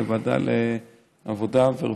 לוועדת העבודה והרווחה.